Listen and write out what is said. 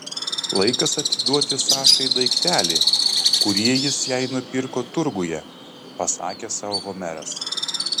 laikas atiduoti sašai daiktelį kurį jis jai nupirko turguje pasakė sau homeras